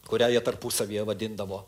kurią jie tarpusavyje vadindavo